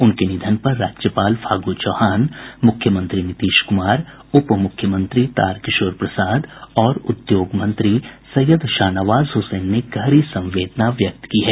उनके निधन पर राज्यपाल फागू चौहान मूख्यमंत्री नीतीश क्मार उपमूख्यमंत्री तारकिशोर प्रसाद और उद्योग मंत्री सैयद शाहनवाज हुसैन ने गहरी संवेदना व्यक्त की है